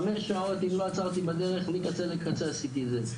חמש שעות אם לא עצרתי בדרך מקצה לקצה עשיתי את זה,